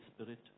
spirit